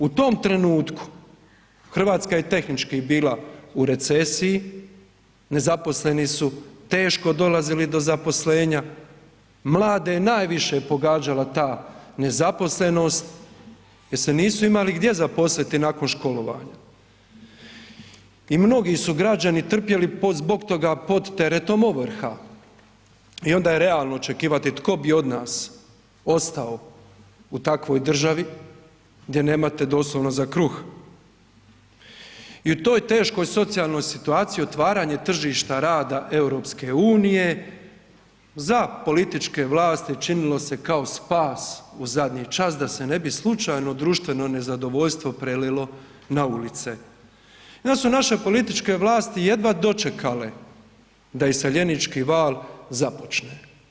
U tom trenutku RH je tehnički bila u recesiji, nezaposleni su teško dolazili do zaposlenja, mlade je najviše pogađala ta nezaposlenost jer se nisu imali gdje zaposliti nakon školovanja i mnogi su građani trpjeli zbog toga pod teretom ovrha i onda je realno očekivati tko bi od nas ostao u takvoj državi gdje nemate doslovno za kruh i u toj teškoj socijalnoj situaciji otvaranje tržišta rada EU za političke vlasti činilo se kao spas u zadnji čas da se ne bi slučajno društveno nezadovoljstvo prelilo na ulice i onda su naše političke vlasti jedva dočekale da iseljenički val započne.